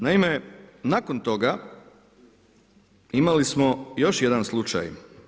Naime, nakon toga imali smo još jedan slučaj.